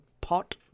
pot